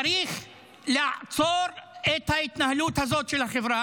צריך לעצור את ההתנהלות הזאת של החברה.